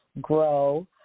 grow